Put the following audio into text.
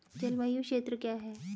जलवायु क्षेत्र क्या है?